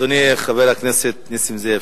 אדוני חבר הכנסת נסים זאב,